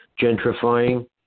gentrifying